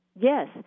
Yes